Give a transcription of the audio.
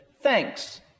thanks